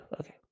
Okay